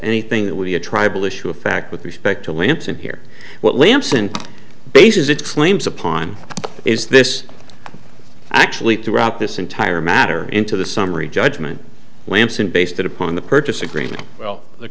anything that would be a tribal issue a fact with respect to lampson here what lampson bases its claims upon is this actually throughout this entire matter into the summary judgment lampson based upon the purchase agreement well the